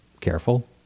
careful